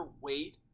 wait